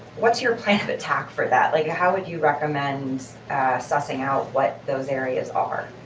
what's your plan of attack for that, like how would you recommend sassing out what those areas are?